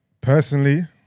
Personally